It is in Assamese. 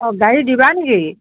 অঁ গাড়ী দিবা নেকি